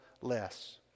less